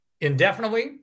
indefinitely